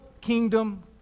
kingdom